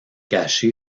caché